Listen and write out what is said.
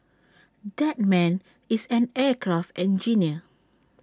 that man is an aircraft engineer